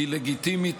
היא לגיטימית.